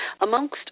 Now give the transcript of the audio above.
amongst